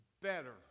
Better